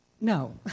No